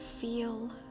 Feel